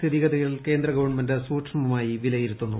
സ്ഥിതിഗതികൾ കേന്ദ്ര ഗവൺമെന്റ് സൂക്ഷ്മമായി വിലയിരുത്തുന്നു